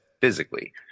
physically